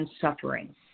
suffering